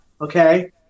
okay